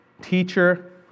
teacher